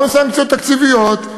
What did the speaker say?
גם סנקציות תקציביות,